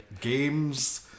games